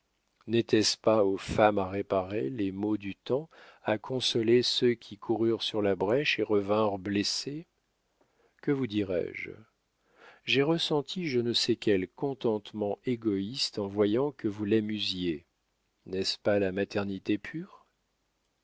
n'était-ce pas aux femmes à réparer les maux du temps à consoler ceux qui coururent sur la brèche et revinrent blessés que vous dirai-je j'ai ressenti je ne sais quel contentement égoïste en voyant que vous l'amusiez n'est-ce pas la maternité pure